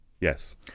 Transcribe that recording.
Yes